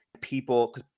people